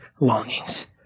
longings